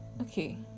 okay